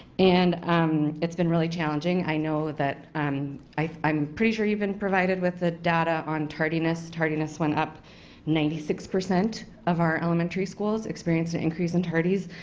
and it's been really challenging. i know that um i'm pretty sure you've been provided with the data on tardiness? tardiness went up ninety six percent of our elementary schools, experiencing increasing